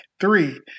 Three